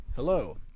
Hello